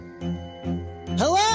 Hello